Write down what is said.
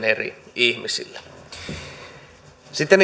eri ihmisille sitten